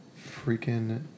freaking